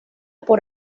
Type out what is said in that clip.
por